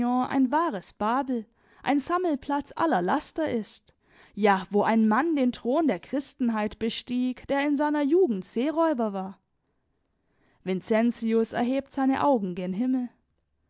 ein wahres babel ein sammelplatz aller laster ist ja wo ein mann den thron der christenheit bestieg der in seiner jugend seeräuber war vincentius erhebt seine augen gen himmel